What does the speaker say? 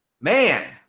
Man